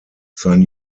sein